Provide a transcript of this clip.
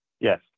Yes